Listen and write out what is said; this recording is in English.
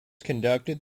conducted